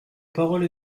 parole